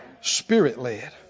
spirit-led